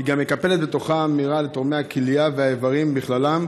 היא גם מקפלת בתוכה אמירה לתורמי הכליה והאיברים בכללם,